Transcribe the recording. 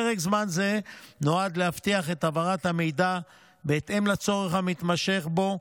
פרק זמן זה נועד להבטיח את העברת המידע בהתאם לצורך המתמשך בו,